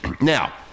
Now